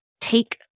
take